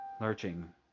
lurching